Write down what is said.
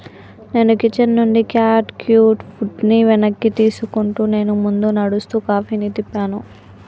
నేను కిచెన్ నుండి cat cute ఫుడ్ని వెనక్కి తీసుకుంటూ నేను ముందు నడుస్తూ కాఫీని తిప్పాను